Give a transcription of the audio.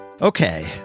Okay